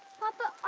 papa,